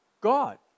God